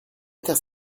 terre